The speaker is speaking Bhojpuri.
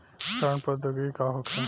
सड़न प्रधौगिकी का होखे?